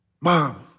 Mom